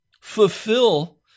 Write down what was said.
fulfill